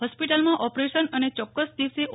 હોસ્પિટલમાં ઓપરશન અને ચોક્કસ દિવસે ઑ